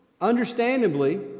understandably